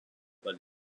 but